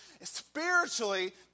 spiritually